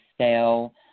sale